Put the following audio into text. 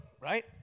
right